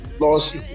lost